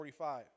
45